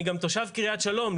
אני תושב קרית שלום,